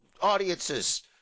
audiences